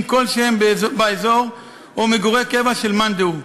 כלשהם באזור או מגורי קבע של מאן דהוא.